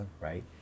right